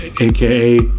aka